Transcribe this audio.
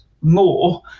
more